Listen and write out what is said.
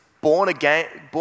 born-again